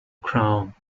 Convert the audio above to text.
crown